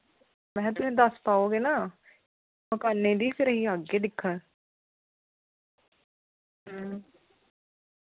महां तुसी दस्स पाओगे ना मकानै दी फिर अहें आह्गे दिक्खन